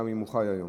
גם אם הוא חי היום.